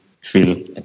feel